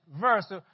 verse